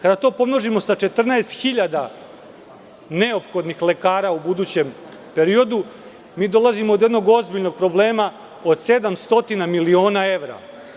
Kada to pomnožimo sa 14.000 neophodnih lekara u budućem periodu mi dolazimo do jednog ozbiljnog problema od 700 miliona evra.